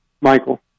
Michael